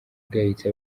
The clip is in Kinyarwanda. igayitse